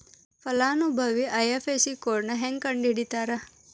ಫಲಾನುಭವಿ ಐ.ಎಫ್.ಎಸ್.ಸಿ ಕೋಡ್ನಾ ಹೆಂಗ ಕಂಡಹಿಡಿತಾರಾ